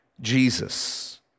Jesus